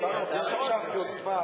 יש לך הזדמנות.